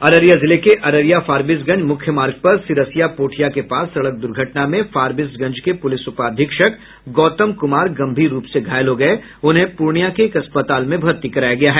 अररिया जिले के अररिया फारबिसगंज मुख्य मार्ग पर सिरसिया पोठिया के पास सड़क दुर्घटना में फारबिसगंज के पुलिस उपाधीक्षक गौतम कुमार गंभीर रूप से घायल हो गये उन्हें पूर्णिया के एक अस्पताल में भर्ती कराया गया है